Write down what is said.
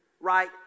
right